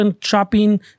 shopping